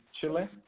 Chile